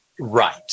Right